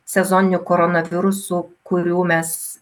sezoniniu koronavirusu kurių mes